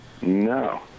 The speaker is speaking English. no